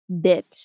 bit